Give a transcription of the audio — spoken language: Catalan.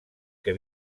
que